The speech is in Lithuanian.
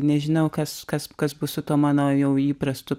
nežinau kas kas kas bus su tuo mano jau įprastu